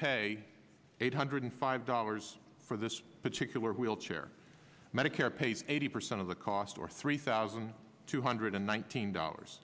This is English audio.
pay eight hundred five dollars for this particular wheelchair medicare pays eighty percent of the cost or three thousand two hundred and one thousand dollars